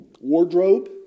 Wardrobe